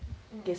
mmhmm